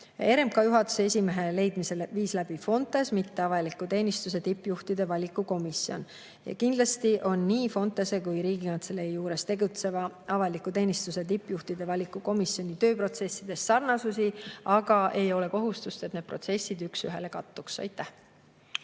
RMK juhatuse esimehe leidmise viis läbi Fontes, mitte avaliku teenistuse tippjuhtide valiku komisjon. Kindlasti on Fontese ja Riigikantselei juures tegutseva avaliku teenistuse tippjuhtide valiku komisjoni tööprotsessides sarnasusi, aga ei ole kohustust, et need protsessid üks ühele kattuks. Aitäh!